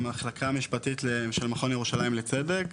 המחלקה המשפטית של מכון ירושלים לצדק.